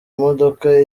imodoka